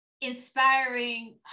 inspiring